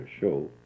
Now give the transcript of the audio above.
show